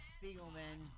Spiegelman